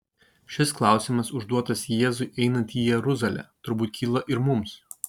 šis klausimas užduotas jėzui einant į jeruzalę turbūt kyla ir mums